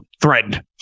Threatened